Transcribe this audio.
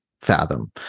fathom